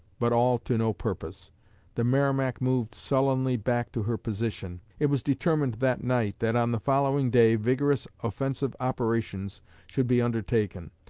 but all to no purpose the merrimac moved sullenly back to her position. it was determined that night that on the following day vigorous offensive operations should be undertaken.